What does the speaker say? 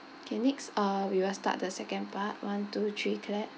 okay next uh we will start the second part one two three clap